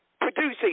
producing